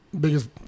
biggest